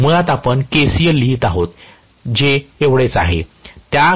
मुळात आपण KCL लिहित आहोत जे एवढेच आहे त्याखेरीज आणखी काही नाही